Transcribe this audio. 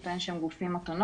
הוא טוען שהם גופים אוטונומיים.